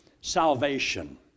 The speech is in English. salvation